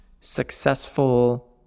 successful